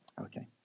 Okay